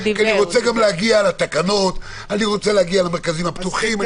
אני רוצה להגיע לתקנות, למרכזים הפתוחים.